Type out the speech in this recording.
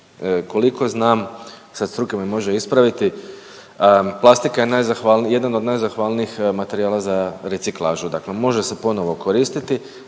Koliko znam sad struka me može ispraviti, plastika je jedan od najzahvalnijih materijala za reciklažu, dakle može se ponovo koristiti,